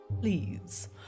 please